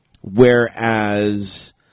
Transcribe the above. whereas